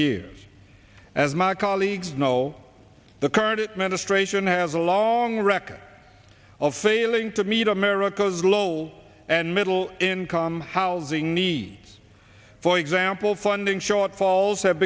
years as my colleagues know the current administration has a long record of failing to meet america's low and middle income housing needs for example funding shortfalls have